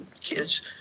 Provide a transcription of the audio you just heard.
Kids